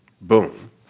Boom